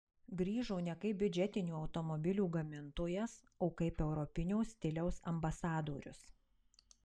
grįžo ne kaip biudžetinių automobilių gamintojas o kaip europinio stiliaus ambasadorius